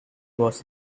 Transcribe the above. was